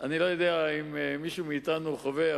אני לא יודע אם מישהו מאתנו חווה,